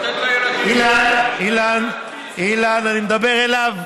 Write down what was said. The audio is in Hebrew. לתת לילדים שלך אילן, אילן, אילן, אני מדבר אליו,